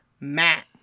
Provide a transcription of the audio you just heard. Matt